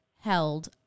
held